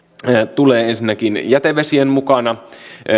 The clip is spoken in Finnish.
tulee ensinnäkin jätevesien mukana